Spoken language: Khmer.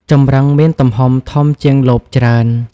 ចម្រឹងមានទំហំធំជាងលបច្រើន។